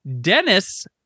Dennis